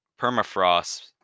permafrost